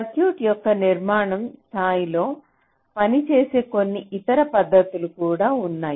circuit యొక్క నిర్మాణ స్థాయిలో పనిచేసే కొన్ని ఇతర పద్ధతులు కూడా ఉన్నాయి